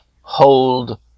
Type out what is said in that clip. hold